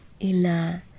ina